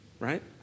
right